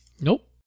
Nope